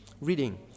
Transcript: reading